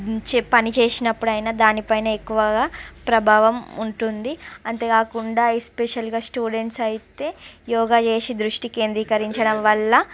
గీచే పని చేసినప్పుడు అయిన దానిపైన ఎక్కువగా ప్రభావం ఉంటుంది అంతేకాకుండా ఎస్స్పెషల్గా స్టూడెంట్స్ అయితే యోగా చేసి దృష్టి కేంద్రీకరించడం వల్ల